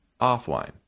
offline